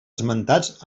esmentats